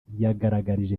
yagaragarije